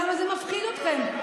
למה זה מפחיד אתכם?